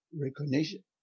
recognition